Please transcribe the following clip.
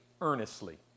earnestly